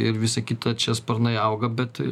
ir visa kita čia sparnai auga bet